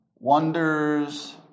Wonders